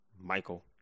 Michael